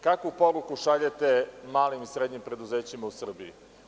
Kakvu poruku šaljete malim i srednjim preduzećima u Srbiji.